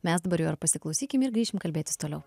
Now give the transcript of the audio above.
mes dabar jo ar pasiklausykim ir grįšim kalbėtis toliau